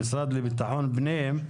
המשרד לביטחון פנים.